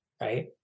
right